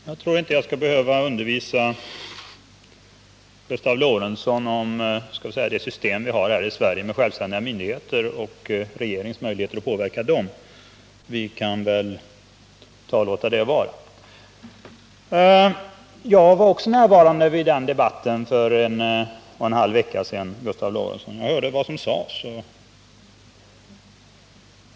Herr talman! Jag trodde inte att jag skulle behöva undervisa Gustav Lorentzon om det system vi har här i Sverige med självständiga myndigheter och om regeringens möjligheter att påverka dem. Vi kan väl låta det vara. Jag var också närvarande vid debatten för en och en halv vecka sedan, Gustav Lorentzon, och hörde vad som sades.